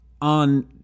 on